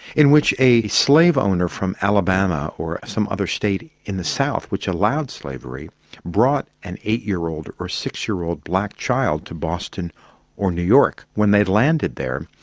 in which a slave owner from alabama or some other state in the south which allowed slavery brought an eight-year-old or a six-year-old black child to boston or new york. when they landed there,